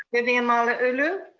vivian malauulu.